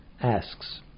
asks